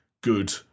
good